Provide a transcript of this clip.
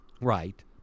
Right